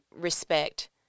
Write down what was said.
respect